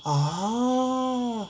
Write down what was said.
orh